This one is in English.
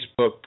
Facebook